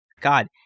God